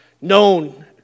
known